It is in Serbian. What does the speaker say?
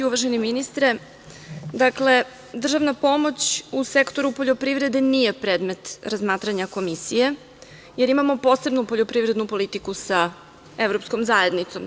Uvaženi ministre, dakle, državna pomoć u sektoru poljoprivede nije predmet razmatranja Komisije, jer imamo posebnu poljoprivrednu politiku sa Evropskom zajednicom.